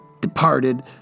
departed